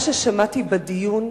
מה ששמעתי בדיון